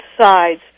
sides